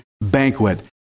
banquet